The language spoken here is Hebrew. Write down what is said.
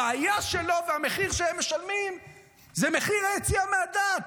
הבעיה שלו היא שהמחיר שהם משלמים הוא מחיר היציאה מהדת.